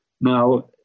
Now